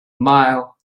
mile